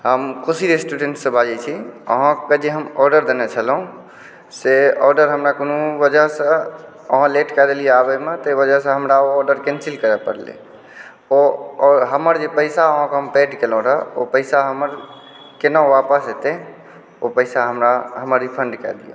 हम खुशी रेस्टुरेंटसँ बाजैत छी अहाँकेँ जे हम आर्डर देने छलहुँ से आर्डर हमरा कोनो वजहसँ अहाँ लेट कए देलियै आबयमे ताहि वजहसँ हमरा ओ आर्डर कैंसिल करय पड़लै ओ हमर जे पैसा अहाँकेँ हम पेड केने रही ओ पैसा हमर केना वापस एतै ओ पैसा हमरा हमरा रिफण्ड कए दिअ